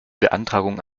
beantragung